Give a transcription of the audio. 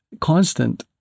constant